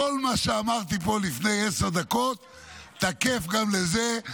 כל מה שאמרתי פה לפני עשר דקות תקף גם לזה.